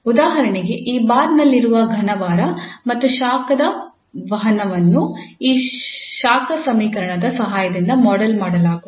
ಉದಾಹರಣೆಗೆ ಈ ಬಾರ್ನಲ್ಲಿರುವ ಘನ ಬಾರ್ ಮತ್ತು ಶಾಖದ ವಹನವನ್ನು ಈ ಶಾಖ ಸಮೀಕರಣದ ಸಹಾಯದಿಂದ ಮಾಡೆಲ್ ಮಾಡಬಹುದು